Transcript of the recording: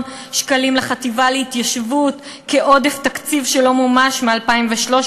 שקלים לחטיבה להתיישבות כעודף תקציב שלא מומש מ-2013.